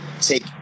take